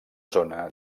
zona